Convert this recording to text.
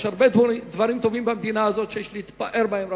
יש הרבה דברים טובים במדינה הזאת שיש להתפאר בהם,